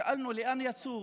שאלנו לאן יצאו.